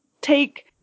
take